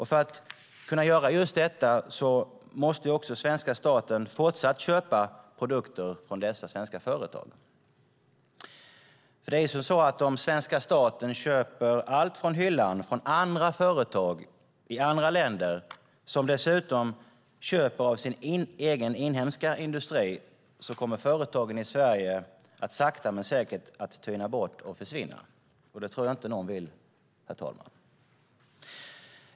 För att kunna göra detta måste svenska staten fortsätta köpa produkter från de svenska företagen. Om svenska staten köper allt från hyllan av andra företag i andra länder, som dessutom köper av sin egen inhemska industri, kommer företagen i Sverige att sakta men säkert tyna bort och försvinna. Det vill nog ingen, herr talman.